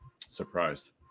surprised